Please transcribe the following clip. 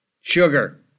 Sugar